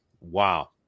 Wow